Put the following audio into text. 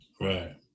right